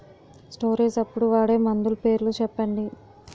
Storage అప్పుడు వాడే మందులు పేర్లు చెప్పండీ?